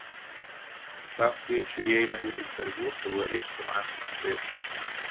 į tą skaičių įeina ir interviu su įvairiais finansininkais